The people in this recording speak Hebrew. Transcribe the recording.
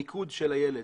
המיקוד של הילד.